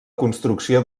construcció